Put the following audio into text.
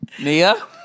Nia